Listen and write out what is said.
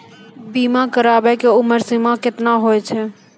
बीमा कराबै के उमर सीमा केतना होय छै?